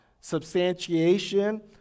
Substantiation